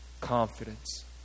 confidence